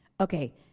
Okay